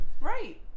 Right